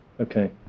Okay